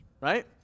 Right